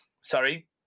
sorry